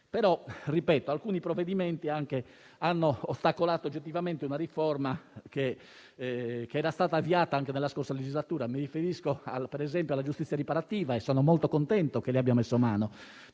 Però - ripeto - alcuni provvedimenti hanno ostacolato oggettivamente una riforma che era stata avviata nella scorsa legislatura. Mi riferisco ad esempio alla giustizia riparativa. Sono molto contento che lei vi abbia messo mano,